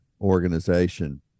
organization